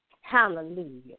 Hallelujah